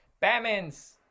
Batman's